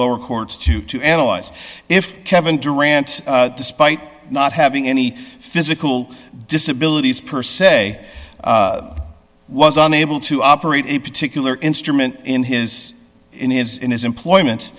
lower courts to to analyze if kevin durant's despite not having any physical disability per se was unable to operate a particular instrument in his in his in his employment